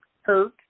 hurt